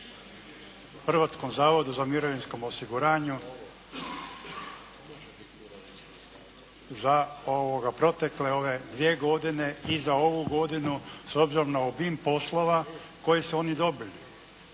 Hrvatskom zavodu za mirovinsko osiguranje za protekle ove dvije godine i za ovu godinu s obzirom na obim poslova koji su oni dobili.